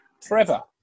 forever